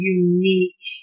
unique